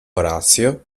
orazio